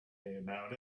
about